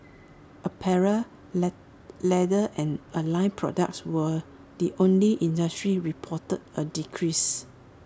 apparel let leather and allied products were the only industry reporting A decrease